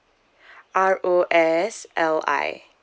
R O S L I